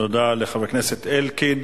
תודה לחבר הכנסת אלקין.